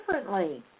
differently